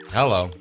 hello